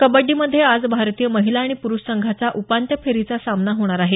कबड्डी मध्ये आज भारतीय महिला आणि प्रुष संघाचा उपान्त्य फेरीचा सामना होणार आहे